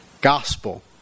Gospel